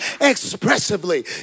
expressively